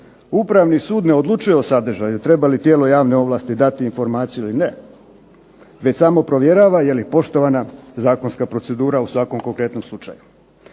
Upravi sud ne odlučuje o sadržaju treba li tijelo javne ovlasti dati informaciju ili ne, već samo provjerava jeli poštovana zakonska procedura u svakom konkretnom slučaju.